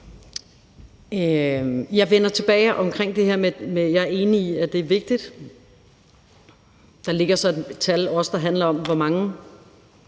Jeg vender tilbage omkring det her. Jeg er enig i, at det er vigtigt. Der ligger også tal, der handler om, hvor mange